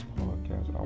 podcast